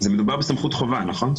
מדובר על סמכות חובה, נכון?